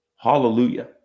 Hallelujah